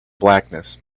blackness